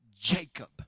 Jacob